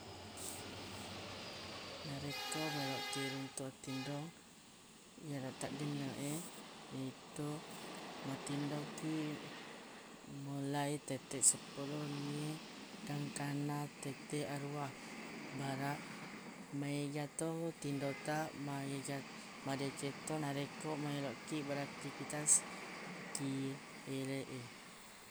narekko meloq kiq runtuq attinrong yero ta genneq e yaitu matindo kiq mulai tette seppulo wennie gangkanna tette aruwa baraq maega to tindo taq maega- madeceng to narekko maeloq kiq beraktifitas ki eleq e